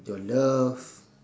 your love